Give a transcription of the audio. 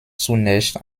zunächst